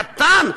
קטן,